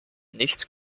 nicht